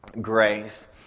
grace